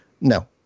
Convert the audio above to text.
no